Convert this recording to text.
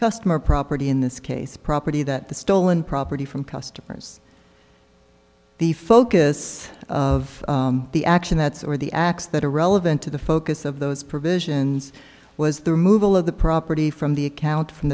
customer property in this case property that the stolen property from customers the focus of the action that's or the acts that are relevant to the focus of those provisions was the removal of the property from the account from